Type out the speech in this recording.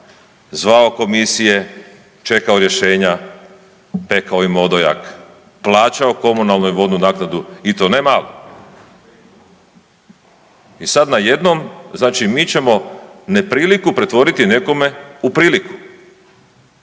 zvao komisije, čekao rješenja, pekao im odojak, plaćao komunalnu i vodnu naknadu i to ne malo i sad najednom znači mi ćemo nepriliku pretvoriti nekome u priliku.